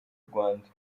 rwanda